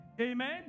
Amen